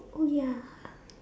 oh ya